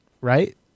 right